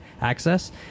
access